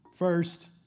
First